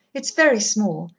it's very small,